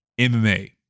MMA